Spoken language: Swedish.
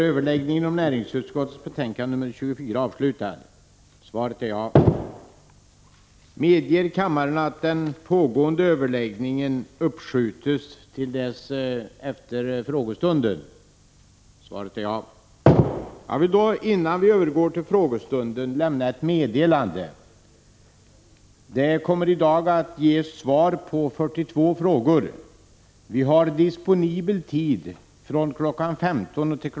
Innan vi övergår till frågestunden vill jag lämna ett meddelande. Dagens föredragningslista upptar svar på 42 frågor. Vi har disponibel tid från kl. 15.00 till kl.